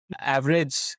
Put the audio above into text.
average